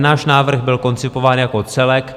Náš návrh byl koncipován jako celek.